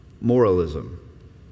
moralism